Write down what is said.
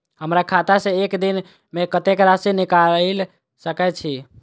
हमरा खाता सऽ एक दिन मे कतेक राशि निकाइल सकै छी